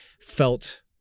felt